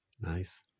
Nice